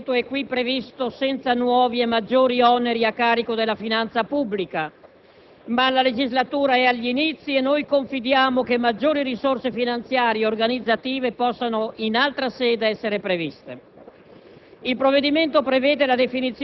È ben vero che questo intervento è qui previsto senza nuovi e maggiori oneri a carico della finanza pubblica, ma la legislatura è agli inizi e noi confidiamo che maggiori risorse finanziarie e organizzative possano in altra sede essere previste.